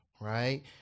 right